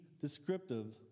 descriptive